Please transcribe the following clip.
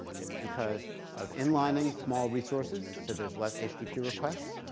it's because of inlining small resources so there's less http requests.